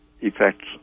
effects